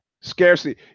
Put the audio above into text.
Scarcely